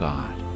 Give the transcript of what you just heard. God